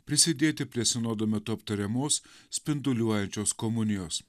prisidėti prie sinodo metu aptariamos spinduliuojančios komunijos